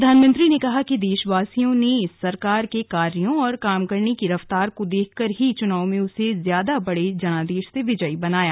प्रधानमंत्री ने कहा कि देशवासियों ने इस सरकार के कार्यों और काम करने की रफ्तार को देखकर ही चुनाव में उसे ज्यादा बड़े जनादेश से विजयी बनाया